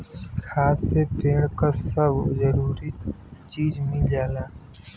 खाद से पेड़ क सब जरूरी चीज मिल जाला